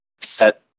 set